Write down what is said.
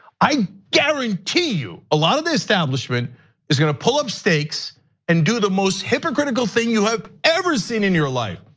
i guarantee you, a lot of the establishment is gonna pull up stakes and do the most hypocritical thing you have ever seen in your life.